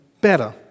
better